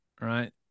right